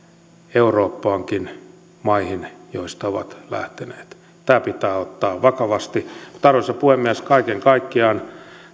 eurooppaankin maihin joista ovat lähteneet tämä pitää ottaa vakavasti arvoisa puhemies kaiken kaikkiaan